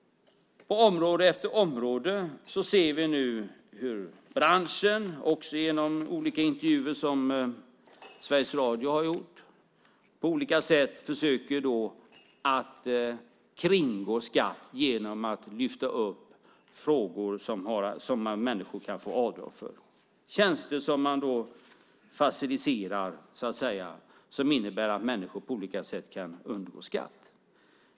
På område efter område ser vi nu hur branschen, också genom olika intervjuer som Sveriges Radio har gjort, på olika sätt försöker kringgå skatt genom att lyfta upp frågor som människor kan få göra avdrag för, tjänster som man så att säga "faciliserar" och som innebär att människor på olika sätt kan undgå skatt.